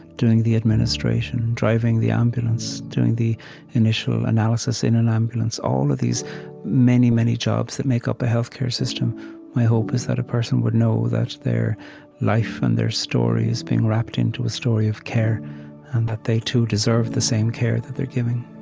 doing the administration, driving the ambulance, doing the initial analysis in an ambulance all of these many, many jobs that make up a healthcare system my hope is that a person would know that their life and their story is being wrapped into a story of care and that they, too, deserve the same care that they're giving